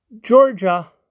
Georgia